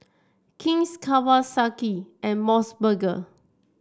King's Kawasaki and MOS burger